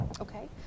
Okay